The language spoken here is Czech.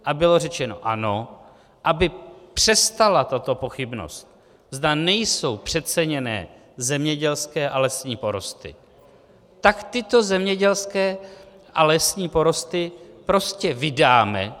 A bylo řečeno ano, aby přestala tato pochybnost, zda nejsou přeceněné zemědělské a lesní porosty, tak tyto zemědělské a lesní porosty prostě vydáme.